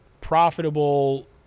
profitable